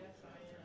side